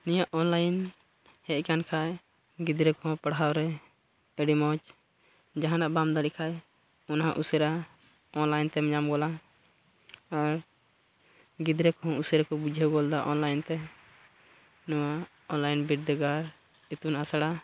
ᱱᱤᱭᱟᱹ ᱚᱱᱞᱟᱭᱤᱱ ᱦᱮᱡ ᱠᱟᱱ ᱠᱷᱟᱡ ᱜᱤᱫᱽᱨᱟᱹ ᱠᱚᱦᱚᱸ ᱯᱟᱲᱦᱟᱣ ᱨᱮ ᱟᱹᱰᱤ ᱢᱚᱡᱽ ᱡᱟᱦᱟᱱᱟᱜ ᱵᱟᱢ ᱫᱟᱲᱮᱭᱟᱜ ᱠᱷᱟᱱ ᱚᱱᱟᱦᱚᱸ ᱩᱥᱟᱹᱨᱟ ᱚᱱᱞᱟᱭᱤᱱ ᱛᱮᱢ ᱧᱟᱢ ᱜᱚᱫᱟ ᱟᱨ ᱜᱤᱫᱽᱨᱟᱹ ᱠᱚᱦᱚᱸ ᱩᱥᱟᱹᱨᱟ ᱠᱚ ᱵᱩᱡᱷᱟᱹᱣ ᱜᱚᱫ ᱮᱫᱟ ᱚᱱᱞᱟᱭᱤᱱᱛᱮ ᱱᱚᱣᱟ ᱚᱱᱞᱟᱭᱤᱱ ᱵᱤᱨᱫᱟᱹᱜᱟᱲ ᱤᱛᱩᱱ ᱟᱥᱲᱟ